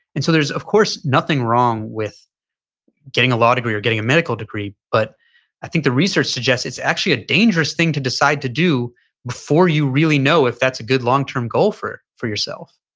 and so there's of course, nothing wrong with getting a law degree or getting a medical degree, but i think the research suggests it's actually a dangerous thing to decide to do before you really know if that's a good long-term goal for for yourself.